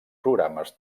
programes